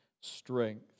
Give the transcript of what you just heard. strength